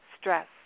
stress